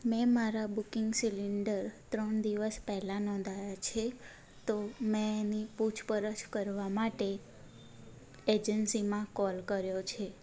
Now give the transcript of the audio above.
મેં મારા booking cylinder ત્રણ દિવસ પહેલાં નોંધાયા છે તો મેં એની પૂછપરછ કરવા માટે એજન્સીમાં કોલ કર્યો છે